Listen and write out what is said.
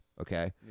okay